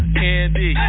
candy